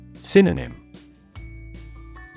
Synonym